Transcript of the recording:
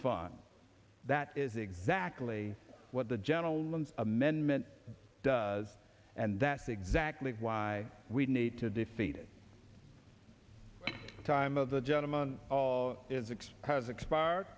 fun that is exactly what the gentleman's amendment does and that's exactly why we need to defeat it the time of the gentleman is express expired